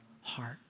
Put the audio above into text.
heart